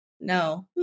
no